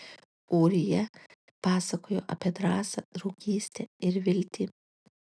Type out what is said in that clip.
ūrija pasakojo apie drąsą draugystę ir viltį